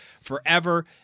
forever